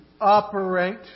operate